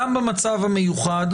גם במצב המיוחד,